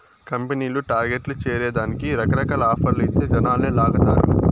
కంపెనీలు టార్గెట్లు చేరే దానికి రకరకాల ఆఫర్లు ఇచ్చి జనాలని లాగతారు